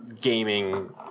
gaming